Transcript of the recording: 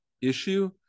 issue